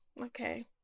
Okay